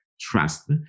trust